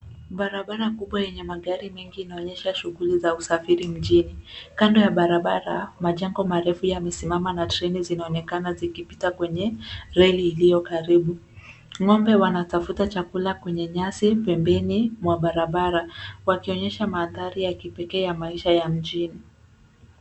Barabara kubwa yenye magari mengi inaonyesha shughuli za usafiri mjini. Kando ya barabara, majengo marefu yamesimama na treni zinaonekana zikipita kwenye reli iliyo karibu. Ng'ombe wanatafuta chakula kwenye nyasi pembeni mwa barabara wakionyesha mandhari ya kipekee ya maisha ya mjini.